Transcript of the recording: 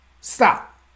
stop